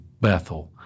bethel